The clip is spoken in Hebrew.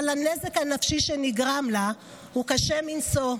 אבל הנזק הנפשי שנגרם לה הוא קשה מנשוא,